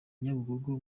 nyabugogo